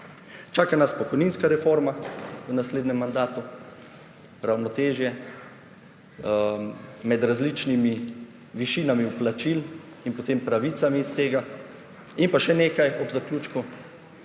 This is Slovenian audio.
Čaka nas pokojninska reforma v naslednjem mandatu, ravnotežje med različnimi višinami vplačil in potem pravicam iz tega. In pa še nekaj ob zaključku,